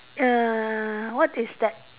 err what is that